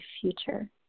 future